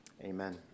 amen